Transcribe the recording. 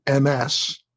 MS